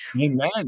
Amen